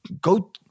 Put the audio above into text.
go